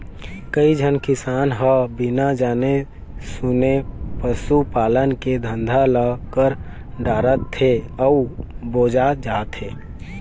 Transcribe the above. कइझन किसान ह बिना जाने सूने पसू पालन के धंधा ल कर डारथे अउ बोजा जाथे